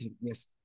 Yes